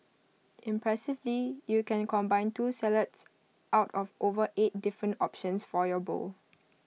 impressively you can combine two salads out of over eight different options for your bowl